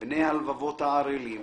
בני הלבבות הערלים אתם,